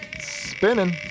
Spinning